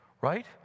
right